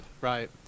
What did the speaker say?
Right